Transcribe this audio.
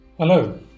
Hello